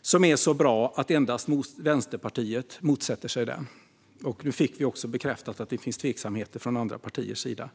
som är så bra att endast Vänsterpartiet motsätter sig den. Nu fick vi också bekräftat att det finns tveksamheter från andra partiers sida.